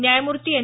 न्यायमूर्ती एन